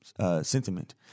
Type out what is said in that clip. sentiment